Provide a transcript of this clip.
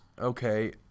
Okay